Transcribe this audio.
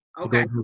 Okay